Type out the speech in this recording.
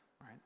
right